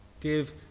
Give